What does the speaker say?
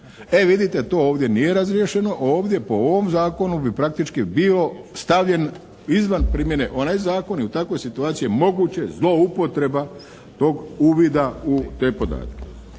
E vidite, to ovdje nije razriješeno. Ovdje po ovom zakonu bi praktički bio stavljen izvan primjene onaj zakon i u takvoj situaciju je moguće zloupotreba tog uvida u te podatke.